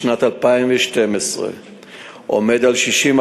במגזר הלא-יהודי בשנת 2012 עומד על 60%,